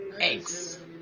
eggs